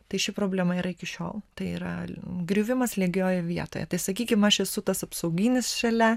tai ši problema yra iki šiol tai yra griuvimas lygioj vietoje tai sakykim aš esu tas apsauginis šalia